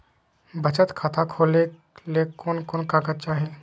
बचत खाता खोले ले कोन कोन कागज चाही?